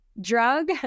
drug